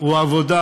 הוא עבודה,